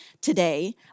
today